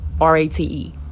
r-a-t-e